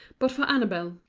but for annabel,